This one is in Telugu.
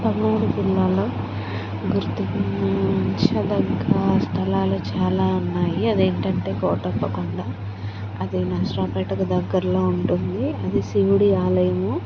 పదమూడు జిల్లాల్లో గుర్తించ దగ్గ స్ధలాలు చాలా ఉన్నాయి అదేంటంటే కోటప్ప కొండా అది నర్సారావు పేటకి దగ్గరలో ఉంటుంది అది శివుడి ఆలయము